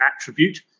attribute